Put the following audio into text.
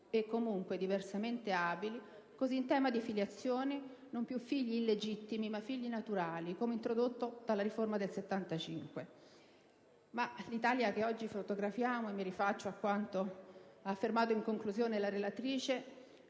e comunque diversamente abili, così in tema di filiazione non più figli illegittimi, ma figli naturali, come introdotto dalla riforma del 1975. Ma l'Italia che oggi fotografiamo - mi rifaccio a quanto ha affermato in conclusione la relatrice